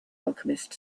alchemist